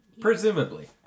Presumably